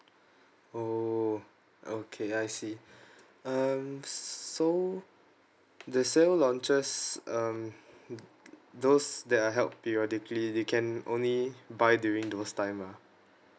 orh okay I see um so the sale on just um hmm those that are held periodically they can only buy during those time lah